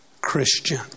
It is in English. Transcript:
Christian